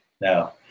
No